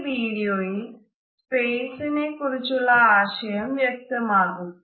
ഈ വിഡിയോയിൽ പേർസണൽ സ്പേസിനെ കുറിച്ചുള്ള ആശയം വ്യക്തമാകും